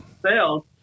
sales